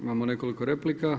Imamo nekoliko replika.